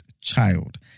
child